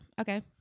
okay